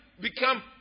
become